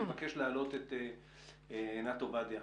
אני מבקש להעלות את עינת עובדיה